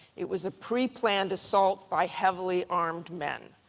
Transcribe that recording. it was a pre-planned assault by heavily armed men.